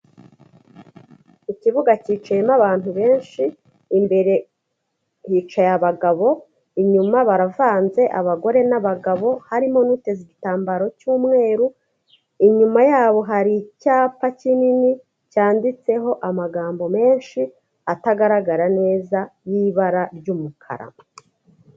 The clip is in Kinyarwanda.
Ikibuga cyicayemo abantu benshi imbere hicaye abagabo, inyuma baravanze abagore n'abagabo harimo n'uteze igitambaro cy'umweru, inyuma yabo hari icyapa kinini cyanditseho amagambo menshi atagaragara neza y'ibara ry'umukara.